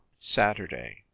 Saturday